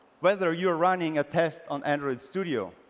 whether you're running a test on android studio